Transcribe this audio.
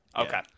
Okay